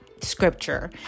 scripture